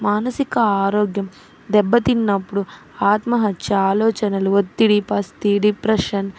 మానసిక ఆరోగ్యం దెబ్బతిన్నప్పుడు ఆత్మహత్య ఆలోచనలు ఒత్తిడి పస్తి డిప్రెషన్